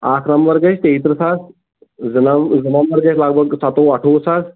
اکھ نمبر گژھِ تیتٕرٕہ ساس زٕ نمبر زٕ نمبر گژھِ لگ بگ ستووُہ اٹھووُہ ساس